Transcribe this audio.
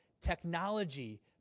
technology